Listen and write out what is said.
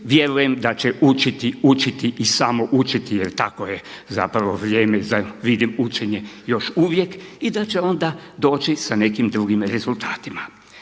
Vjerujem da će učiti, učiti, učiti i samo učiti jer takvo je vrijeme vidim još uvijek, i da će onda doći sa nekim drugim rezultatima.